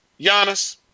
Giannis